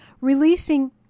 releasing